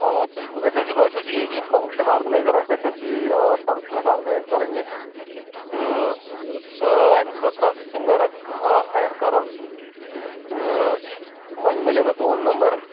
آ بالکل اَسہِ حظ یہِ فَنگشَن آرگٕنایزَر حظ اَسہِ ٲس یی فَنگشَن حظ آرگٕنایِز کَرٕنۍ ییٚتہِ تہٕ مےٚ اوس اَمہِ خٲطرٕ اَکھ سِنٛگَر اَکھ کانٛہہ ہایر کَرُن تہٕ وۄنۍ مِلیو مےٚ تُہُنٛد نمبر